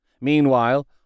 Meanwhile